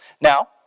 Now